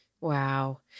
Wow